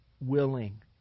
willing